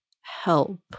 help